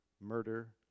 murder